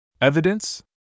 Evidence